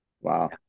wow